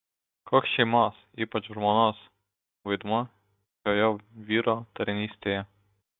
koks šeimos ypač žmonos vaidmuo šioje vyro tarnystėje